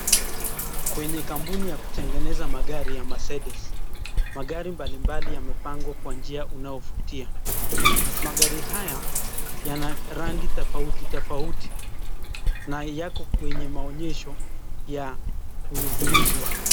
Kwenye kampuni ya kutengeneza magari ya mercedes magari mbali mbali yamepangwa kwa njia unaovutia magari haya yana rangi tofauti tofauti na yako kwenye maonyesho ya kuziuza.